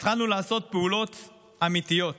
התחלנו לעשות פעולות אמיתיות.